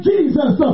Jesus